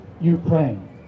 Ukraine